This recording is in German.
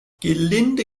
gelinde